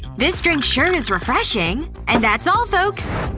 this drink sure is refreshing! and that's all, folks!